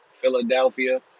philadelphia